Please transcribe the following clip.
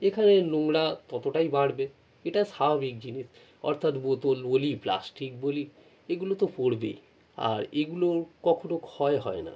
এখানে নোংরা ততটাই বাড়বে এটা স্বাভাবিক জিনিস অর্থাৎ বোতল বলি প্লাস্টিক বলি এগুলো তো পড়বেই আর এগুলোর কখনো ক্ষয় হয় না